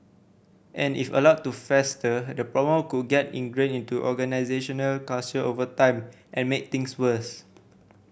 and if allowed to fester the problem could get ingrained to organisational culture over time and make things worse